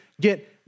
get